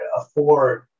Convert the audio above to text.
afford